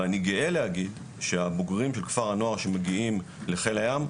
ואני גאה להגיד שהבוגרים של כפר הנוער שמגיעים לחיל הים,